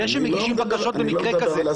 זה שמגישים בקשות למקרה כזה,